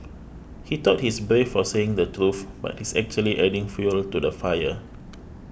he thought he's brave for saying the truth but he's actually adding fuel to the fire